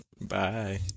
Bye